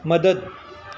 مدد